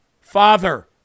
Father